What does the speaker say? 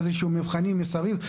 איזה שהם מבחנים מסביב?